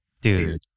Dude